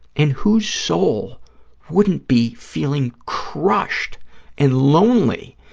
and whose soul wouldn't be feeling crushed and lonely,